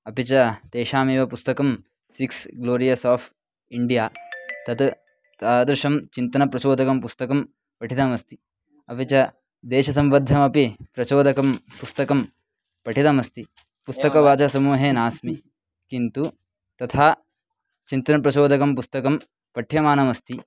अपि च तेषामेव पुस्तकं सिक्स् ग्लोरियस् आफ़् इण्डिया तत् तादृशं चिन्तनं प्रचोदकं पुस्तकं पठितमस्ति अपि च देशसम्बद्धमपि प्रचोदकं पुस्तकं पठितमस्ति पुस्तकवाचसमूहे नास्मि किन्तु तथा चिन्तनप्रचोदकं पुस्तकं पठ्यमानमस्ति